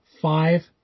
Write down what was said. five